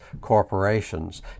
corporations